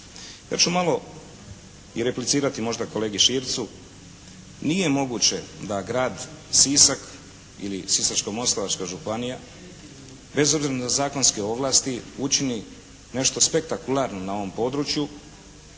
Ja ću malo i replicirati možda kolegu Šircu. Nije moguće da Grad Sisak ili Sisačko-moslavačka županija bez obzira na zakonske ovlasti učini nešto spektakularno na ovom području,